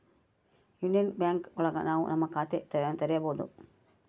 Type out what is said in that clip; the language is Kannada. ಯೂನಿಯನ್ ಬ್ಯಾಂಕ್ ಒಳಗ ನಾವ್ ನಮ್ ಖಾತೆ ತೆರಿಬೋದು